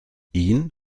ihn